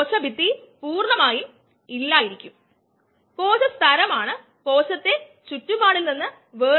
നേരത്തെ നമ്മൾ ഉൽപ്പന്നത്തിനായി ഒരു മാസ് ബാലൻസ് എഴുതി ഇപ്പോൾ നമുക്ക് എൻസൈമിൽ ഒരു മാസ് ബാലൻസ് എഴുതാം